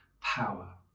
power